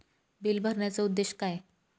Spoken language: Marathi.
बिल भरण्याचे उद्देश काय?